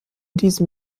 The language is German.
diesem